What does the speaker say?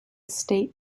state